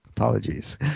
Apologies